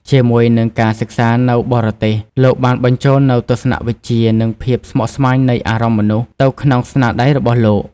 ជាមួយនឹងការសិក្សានៅបរទេស លោកបានបញ្ចូលនូវ ទស្សនៈវិជ្ជា និងភាពស្មុគស្មាញនៃអារម្មណ៍មនុស្ស ទៅក្នុងស្នាដៃរបស់លោក។